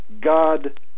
God